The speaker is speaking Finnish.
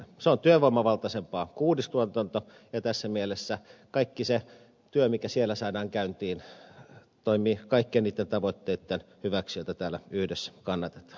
se on työvoimavaltaisempaa kuin uudistuotanto ja tässä mielessä kaikki se työ mikä siellä saadaan käyntiin toimii kaikkien niitten tavoitteitten hyväksi joita täällä yhdessä kannatetaan